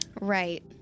Right